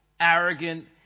arrogant